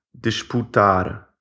disputar